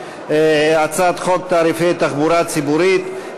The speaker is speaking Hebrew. הצעת חוק תעריפי התחבורה הציבורית,